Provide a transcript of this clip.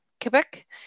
Quebec